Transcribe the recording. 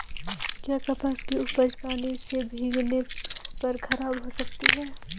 क्या कपास की उपज पानी से भीगने पर खराब हो सकती है?